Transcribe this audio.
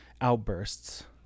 outbursts